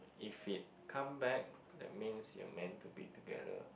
if it come back that means you're meant to be together